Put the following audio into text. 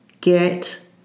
get